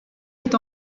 est